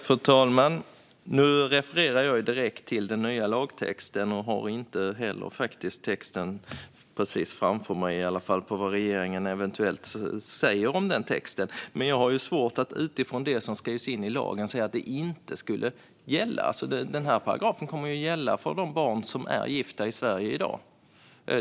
Fru talman! Nu refererade jag direkt till den nya lagtexten, men jag har inte heller framför mig vad regeringen eventuellt säger om texten. Utifrån det som skrevs in i lagen har jag svårt att se att det inte skulle gälla. Den här paragrafen kommer ju att gälla för de barn som är gifta i Sverige i dag.